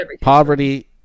Poverty